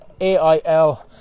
AIL